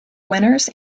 winners